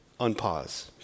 Unpause